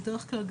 בדרך כלל,